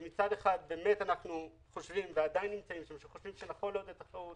שמצד אחד באמת אנחנו חושבים שנכון לעודד תחרות